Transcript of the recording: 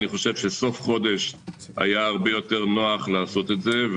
אני חושב שסוף חודש היה הרבה יותר נוח לעשות את זה.